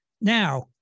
now